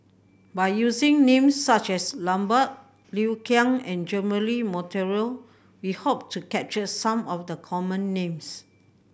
by using names such as Lambert Liu Kang and Jeremy Monteiro we hope to capture some of the common names